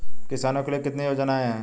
किसानों के लिए कितनी योजनाएं हैं?